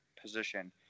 position